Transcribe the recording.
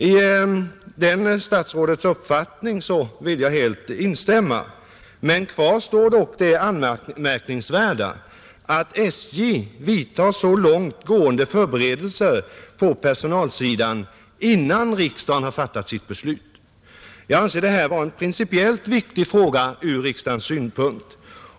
I denna statsrådets uppfattning vill jag helt instämma, men kvar står dock det anmärkningsvärda att SJ vidtar så långt gående förberedelser på personalsidan innan riksdagen har fattat sitt beslut. Jag anser detta vara en principiellt viktig fråga från riksdagens synpunkt.